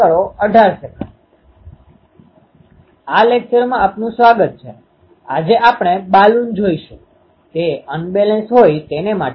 જો અત્યાર સુધી આપણે જોયેલા વાયર એન્ટેના પર નજર નાખીશું તો વાયર એન્ટેના પેટર્નpatternરચના આના જેવી દેખાય છે